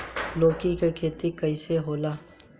लौकी के खेती कइसे होला?